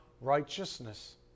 righteousness